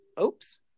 oops